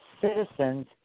citizens